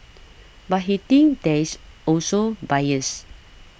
but he thinks there is also bias